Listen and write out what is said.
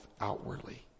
outwardly